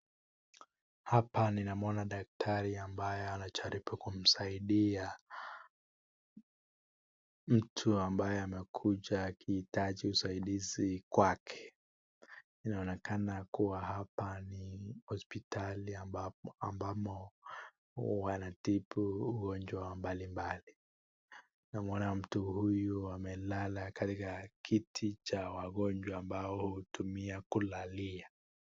Hapa ninamuona daktari ambaye anajaribu kumsaidia mtu ambaye amekuja akihitaji usaidizi kwake. Inaonekana kuwa hapa ni hospitali ambapo ambamo wanatibu wagonjwa wa mbalimbali. Namuona mtu huyu amelala katika kiti cha wagonjwa ambao hutumia kulalia.